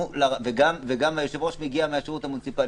וגם היושב-ראש מגיע מהשירות המוניציפלי.